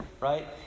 right